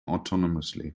autonomously